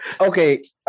okay